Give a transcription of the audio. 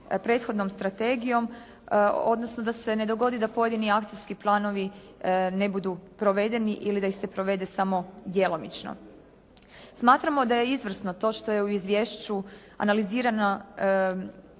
prethodnom strategijom, odnosno da se ne dogodi da pojedini akcijski planovi ne budu provedeni ili da ih se provede samo djelomično. Smatramo da je izvrsno to što su u izvješću analizirana